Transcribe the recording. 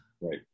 Right